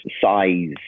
size